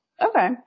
okay